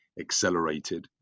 accelerated